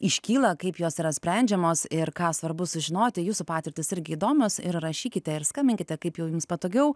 iškyla kaip jos yra sprendžiamos ir ką svarbu sužinoti jūsų patirtys irgi įdomios ir rašykite ir skambinkite kaip jau jums patogiau